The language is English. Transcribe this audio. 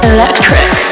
Electric